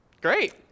Great